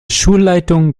schulleitung